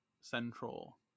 central